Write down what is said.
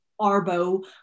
arbo